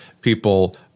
people